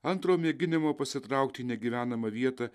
antro mėginimo pasitraukti į negyvenamą vietą